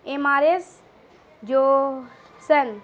M R S جوسن